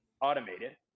automated